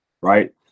Right